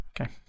Okay